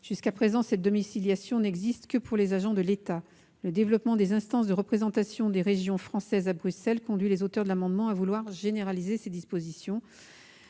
Jusqu'à présent, cette domiciliation n'existe que pour les agents de l'État. Le développement des instances de représentation des régions françaises à Bruxelles conduit les auteurs de l'amendement à vouloir généraliser ces dispositions.